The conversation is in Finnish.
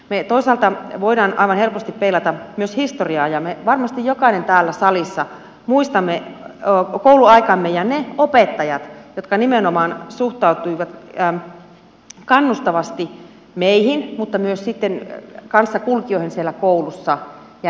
me toisaalta voimme aivan helposti peilata myös historiaan ja me varmasti jokainen täällä salissa muistamme kouluaikamme ja ne opettajat jotka nimenomaan suhtautuivat kannustavasti meihin mutta myös kanssakulkijoihin siellä koulussa